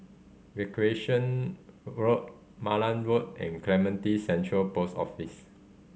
Recreation Road Malan Road and Clementi Central Post Office